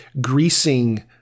greasing